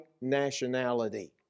nationality